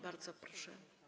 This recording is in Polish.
Bardzo proszę.